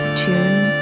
tune